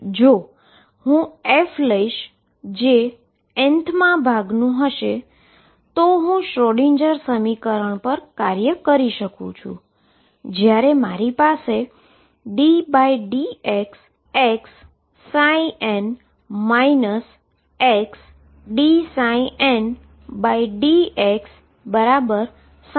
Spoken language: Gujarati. જો હું f લઈશ જે nth મા ભાગ નુ હશે તો હું શ્રોડિંજરSchrödinger સમીકરણ પર કાર્ય કરી શકું છું જ્યારે મારી પાસે ddxxn xdndxn હશે